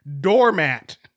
doormat